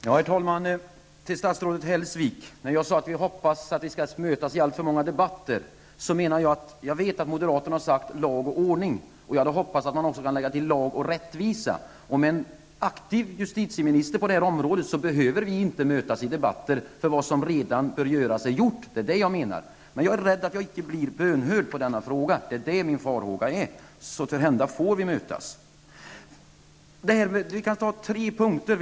Herr talman! Till statsrådet Hellsvik vill jag säga att när jag sade att jag hoppas att vi inte skall mötas i alltför många debatter, menade jag att jag vet att moderaterna har sagt lag och ordning. Jag hade hoppats att man också skulle kunna lägga till lag och rättvisa. Med en aktiv justitieminister på detta område behöver vi inte mötas i debatter, alltså om det som redan bör göras är gjort. Det är det som jag menar. Men jag är rädd för att jag inte blir bönhörd i denna fråga. Det är min farhåga. Så måhända får vi mötas i debatter. Jag vill ta upp tre punkter.